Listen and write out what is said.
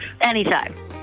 Anytime